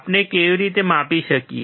આપણે કેવી રીતે માપી શકીએ